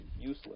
useless